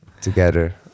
together